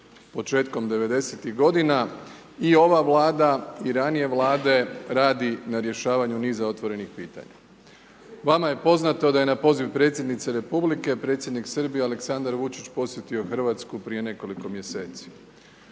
početkom 90ih godina i ova Vlada i ranije Vlade radi na rješavanju niza otvorenih pitanja. Vama je poznato da je na poziv predsjednice Republike, predsjednik Srbije Aleksandar Vučić posjetio Hrvatsku prije nekoliko mjeseci.